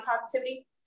positivity